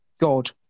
God